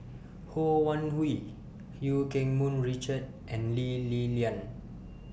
Ho Wan Hui EU Keng Mun Richard and Lee Li Lian